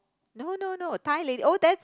no no no Thai lady oh that's